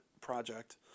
project